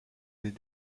des